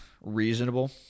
reasonable